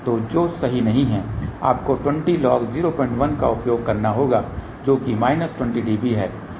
तो जो सही नहीं है आपको 20 log 01 का उपयोग करना होगा जो कि माइनस 20 dB है